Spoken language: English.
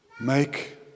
make